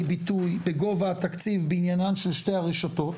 ביטוי בגובה התקציב בעניינן של שתי הרשתות.